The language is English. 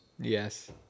Yes